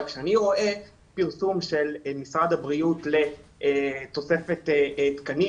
כשאני רואה פרסום של משרד הבריאות לתוספת תקנים